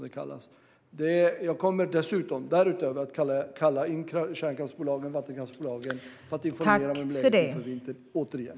Därutöver kommer jag återigen att kalla in kärnkraftsbolagen och vattenkraftsbolagen för att informera om läget inför vintern.